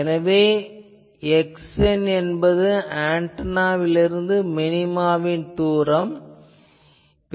எனவே xn என்பது ஆன்டெனாவிலிருந்து மினிமாவின் தூரம் ஆகும்